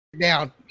down